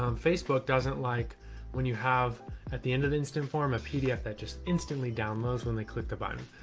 um facebook doesn't like when you have at the end of the instant form a pdf that just instantly download when they click the button,